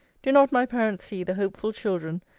do not my parents see the hopeful children,